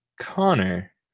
Connor